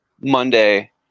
Monday